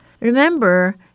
Remember